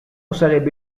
sarebbe